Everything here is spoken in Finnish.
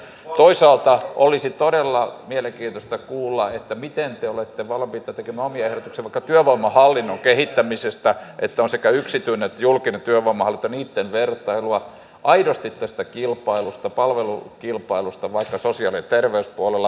toisaalta olisi todella mielenkiintoista kuulla miten te olette valmiita tekemään omia ehdotuksia vaikka työvoimahallinnon kehittämisestä siitä että on sekä yksityinen että julkinen työvoimahallinto niitten vertailua aidosti tästä kilpailusta palvelukilpailusta vaikka sosiaali ja terveyspuolella